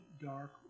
dark